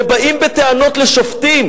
ובאים בטענות לשופטים